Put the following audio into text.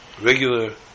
regular